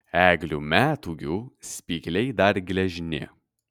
eglių metūgių spygliai dar gležni